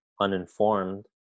uninformed